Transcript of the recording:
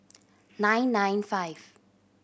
nine nine five